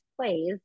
plays